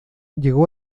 llego